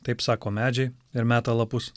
taip sako medžiai ir meta lapus